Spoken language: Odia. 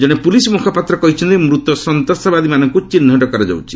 କଣେ ପୁଲିସ୍ ମୁଖପାତ୍ର କହିଛନ୍ତି ମୃତ ସନ୍ତାସବାଦୀମାନଙ୍କୁ ଚିହ୍ନଟ କରାଯାଉଛି